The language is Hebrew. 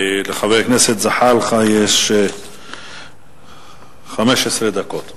לחבר הכנסת זחאלקה יש 15 דקות.